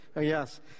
Yes